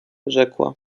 rzekła